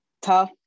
tough